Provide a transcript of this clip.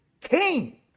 king